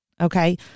Okay